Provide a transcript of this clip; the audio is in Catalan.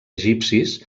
egipcis